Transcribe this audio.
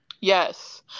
Yes